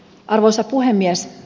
arvoisa puhemies